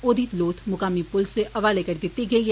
औदी लोथ मुकामी पुलस दे हवाले करी दिती गेई ऐ